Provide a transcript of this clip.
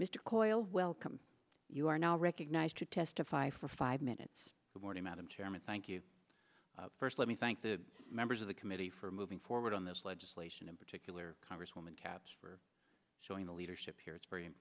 mr coyle welcome you are now recognized to testify for five minutes the morning madam chairman thank you first let me thank the members of the committee for moving forward on this legislation in particular congresswoman caps for showing the leadership here it's very